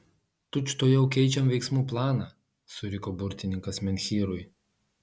tučtuojau keičiam veiksmų planą suriko burtininkas menhyrui